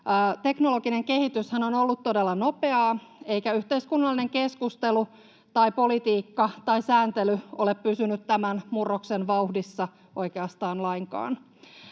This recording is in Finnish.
Teknologinen kehityshän on ollut todella nopeaa, eikä yhteiskunnallinen keskustelu tai politiikka tai sääntely ole pysynyt tämän murroksen vauhdissa oikeastaan lainkaan.